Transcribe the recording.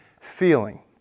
feeling